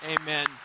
Amen